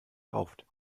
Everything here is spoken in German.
rauft